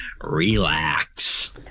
relax